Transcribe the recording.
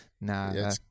nah